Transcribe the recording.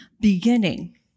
beginning